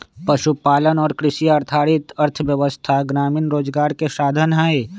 पशुपालन और कृषि आधारित अर्थव्यवस्था ग्रामीण रोजगार के साधन हई